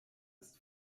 ist